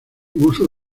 uso